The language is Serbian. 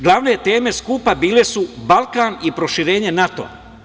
Glavne teme skupa bile su Balkan i proširenje NATO.